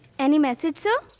any message, sir?